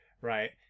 Right